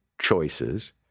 choices